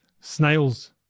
snails